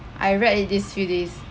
I read it these few days